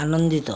ଆନନ୍ଦିତ